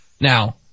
now